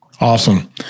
Awesome